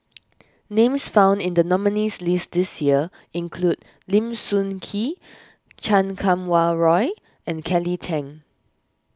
names found in the nominees' list this year include Lim Sun Gee Chan Kum Wah Roy and Kelly Tang